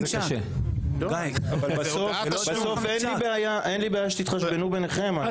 בסוף אין לי בעיה שתתחשבנו ביניכם,